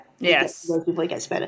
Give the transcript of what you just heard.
Yes